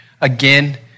again